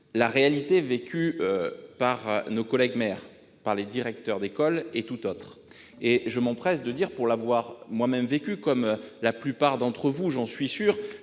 la réalité vécue par nos collègues maires et par les directeurs d'école. Je m'empresse de dire, pour l'avoir moi-même vécu, comme la plupart d'entre vous j'en suis sûr,